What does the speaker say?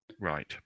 Right